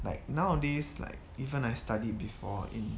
like nowadays like even I studied before in